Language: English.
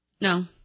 No